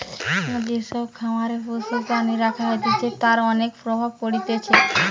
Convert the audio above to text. যে সব খামারে পশু প্রাণী রাখা হতিছে তার অনেক প্রভাব পড়তিছে